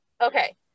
Okay